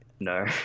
No